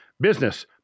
business